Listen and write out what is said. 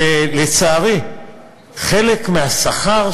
שחלק מהשכר,